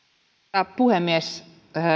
arvoisa puhemies